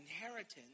inheritance